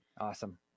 awesome